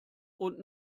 und